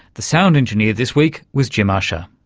the sound engineer this week was jim ussher.